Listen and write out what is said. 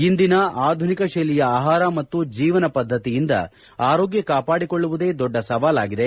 ಇಂದಿನ ಆಧುನಿಕ ಶೈಲಿಯ ಆಹಾರ ಮತ್ತು ಜೀವನ ಪದ್ಧತಿಯಿಂದ ಆರೋಗ್ಯ ಕಾಪಾಡಿಕೊಳ್ಳುವುದೇ ದೊಡ್ಡ ಸವಾಲಾಗಿದೆ